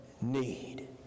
need